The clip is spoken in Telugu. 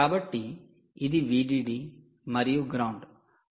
కాబట్టి ఇది 'VDD' మరియు 'గ్రౌండ్'